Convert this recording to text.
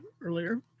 earlier